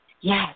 Yes